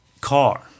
car